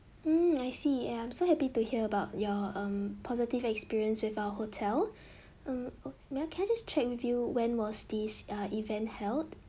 mm I see ya I'm so happy to hear about your um positive experience with our hotel uh may I can I just check with you when was this uh event held